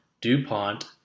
DuPont